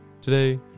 Today